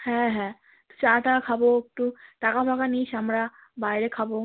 হ্যাঁ হ্যাঁ চা টা খাবো একটু টাকা ফাকা নিস আমরা বাইরে খাবো